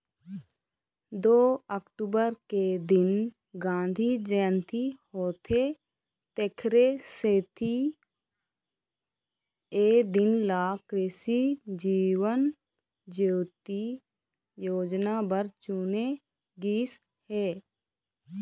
दू अक्टूबर के दिन गांधी जयंती होथे तेखरे सेती ए दिन ल कृसि जीवन ज्योति योजना बर चुने गिस हे